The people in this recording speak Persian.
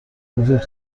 رفیق